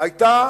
היתה